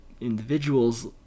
individuals